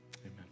amen